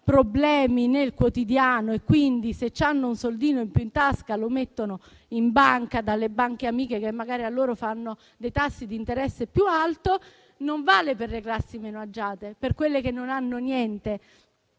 problemi nel quotidiano e quindi, se hanno un soldino in più in tasca, lo mettono nelle banche amiche che magari a loro fanno dei tassi di interesse più alti, ma non vale per le classi meno agiate, per quelle che non hanno niente,